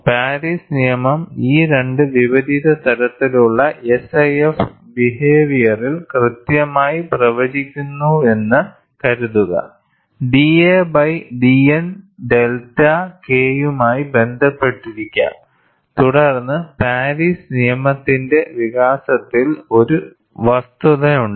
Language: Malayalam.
പാരീസ് നിയമം ഈ രണ്ട് വിപരീത തരത്തിലുള്ള SIF ബിഹേവിയറിൽ കൃത്യമായി പ്രവചിക്കുന്നുവെന്ന് കരുതുക da by dN delta K യുമായി ബന്ധപ്പെട്ടിരിക്കാം തുടർന്ന് പാരീസ് നിയമത്തിന്റെ വികാസത്തിൽ ഒരു വസ്തുതയുണ്ട്